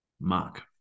Mark